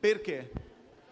Lo